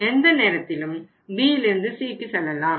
எந்த நேரத்திலும் Bயிலிருந்து Cக்கு செல்லலாம்